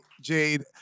Jade